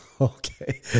Okay